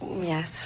Yes